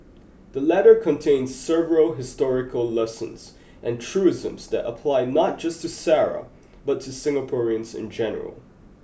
the letter contains several historical lessons and truisms that apply not just to Sara but to Singaporeans in general